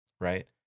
Right